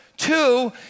Two